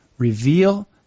reveal